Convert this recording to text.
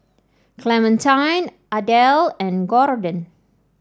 Clementine Adel and Gordon